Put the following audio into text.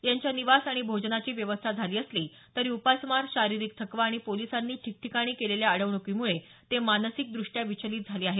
यांच्या निवास आणि भोजनाची व्यवस्था झाली असली तरी उपासमार शारीरिक थकवा आणि पोलिसांनी ठीकठिकाणी केलेल्या अडवणुकीमुळे ते मानसिक दृष्ट्या विचलित झाले आहेत